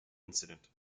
incident